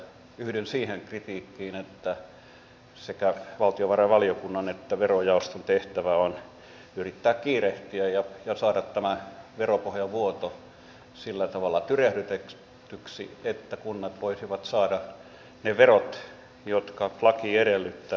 yhdyn siihen kritiikkiin että sekä valtiovarainvaliokunnan että verojaoston tehtävä on yrittää kiirehtiä ja saada tämä veropohjan vuoto sillä tavalla tyrehdytetyksi että kunnat voisivat saada ne verot jotka laki edellyttää